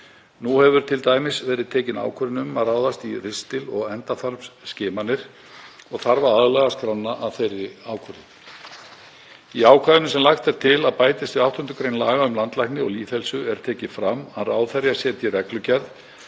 Nú hefur t.d. verið tekin ákvörðun um að ráðast í ristil- og endaþarmsskimanir og þarf að laga skrána að þeirri ákvörðun. Í ákvæðinu sem lagt er til að bætist við 8. gr. laga um landlækni og lýðheilsu er tekið fram að ráðherra setji reglugerð